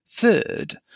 Third